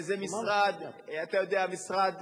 וזה משרד, אתה יודע, משרד